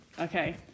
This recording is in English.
Okay